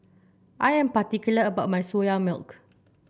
I am particular about my Soya Milk